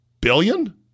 billion